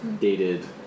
dated